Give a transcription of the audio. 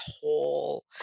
whole